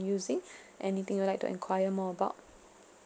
using anything you'll like acquire more about